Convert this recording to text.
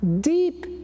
deep